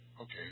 Okay